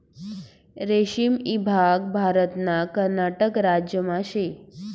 रेशीम ईभाग भारतना कर्नाटक राज्यमा शे